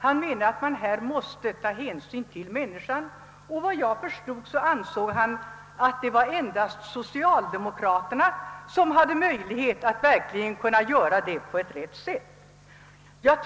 Han menade att man måste ta hänsyn till människan, och enligt vad jag förstod ansåg han att det endast var socialdemokraterna som hade möjlighet att verkligen kunna göra detta på ett rätt sätt.